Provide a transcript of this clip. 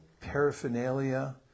paraphernalia